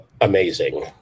amazing